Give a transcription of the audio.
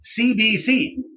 CBC